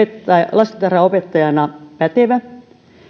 lastentarhanopettajana pätevä